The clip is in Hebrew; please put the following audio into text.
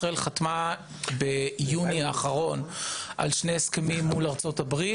ישראל חתמה ביוני האחרון על שני הסכמים מול ארצות הברית.